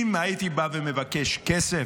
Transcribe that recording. אם הייתי בא ומבקש כסף,